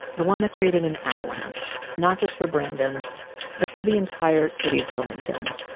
the one that created an avalanche not just for brandon but for the entire city of wilmington.